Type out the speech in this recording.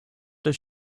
does